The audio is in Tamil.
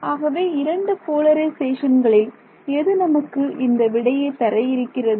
ஆகவே இரண்டு போலரிசேஷன்களில் எது நமக்கு இந்த விடையை தர இருக்கிறது